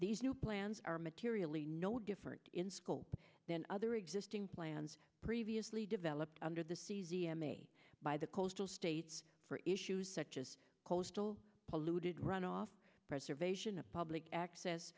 these new plans are materially no different in school than other existing plans previously developed under the by the coastal states for issues such as coastal polluted runoff preservation of public access